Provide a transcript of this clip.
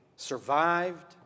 survived